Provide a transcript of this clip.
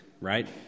right